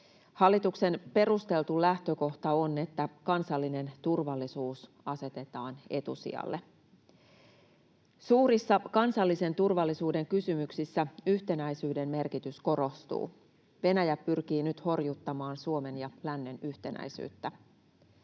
Hallituksen perusteltu lähtökohta on, että kansallinen turvallisuus asetetaan etusijalle. Suurissa kansallisen turvallisuuden kysymyksissä yhtenäisyyden merkitys korostuu. Venäjä pyrkii nyt horjuttamaan Suomen ja lännen yhtenäisyyttä.